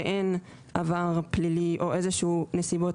שאין עבר פלילי או איזה שהן נסיבות